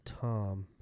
Tom